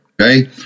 Okay